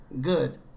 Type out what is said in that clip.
Good